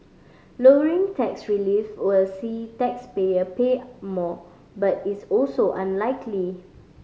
lowering tax relief will see taxpayer pay more but is also unlikely